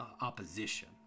opposition